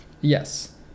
Yes